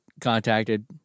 contacted